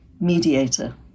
mediator